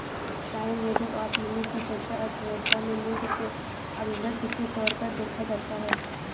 time value of money की चर्चा अर्थव्यवस्था में मूल्य के अभिवृद्धि के तौर पर देखा जाता है